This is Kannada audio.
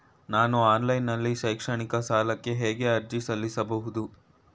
ನಾನು ಆನ್ಲೈನ್ ನಲ್ಲಿ ಶೈಕ್ಷಣಿಕ ಸಾಲಕ್ಕೆ ಹೇಗೆ ಅರ್ಜಿ ಸಲ್ಲಿಸಬಹುದು?